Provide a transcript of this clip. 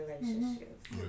relationships